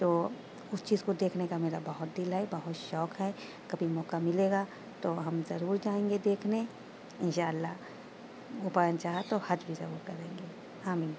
تو اس چیز کو دیکھنے کا میرا بہت دل ہے بہت شوق ہے کبھی موقعہ ملے گا تو ہم ضرور جائیں گے دیکھنے یا اللہ اوپر والے نے چاہا تو حج بھی ضرور کریں گے آمین